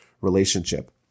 relationship